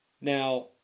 now